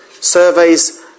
Surveys